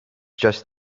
just